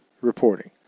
reporting